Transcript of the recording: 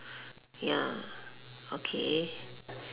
ya okay